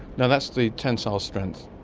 and that's the tensile strength,